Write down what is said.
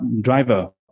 driver